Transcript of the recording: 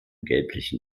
gelblichen